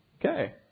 okay